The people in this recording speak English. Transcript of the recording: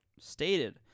stated